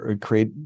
create